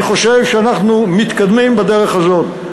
אני חושב שאנחנו מתקדמים בדרך הזאת.